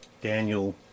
Daniel